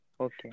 okay